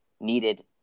needed